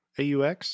AUX